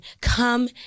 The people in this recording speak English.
come